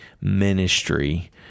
ministry